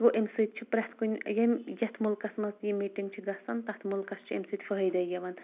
گوٚو امہِ سۭتۍ چھِ پرٛٮ۪تھ کُنہِ یم یتھ مُلکس منٛز تہِ یہِ میٖٹنٛگ چھِ گژھان تتھ مُلکس چھ امہِ سۭتۍ فٲیِدے یِوان